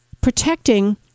protecting